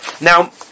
Now